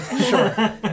Sure